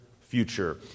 future